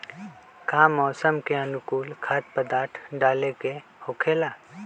का मौसम के अनुकूल खाद्य पदार्थ डाले के होखेला?